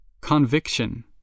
Conviction